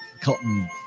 Cotton